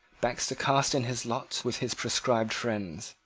baxter cast in his lot with his proscribed friends,